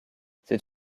c’est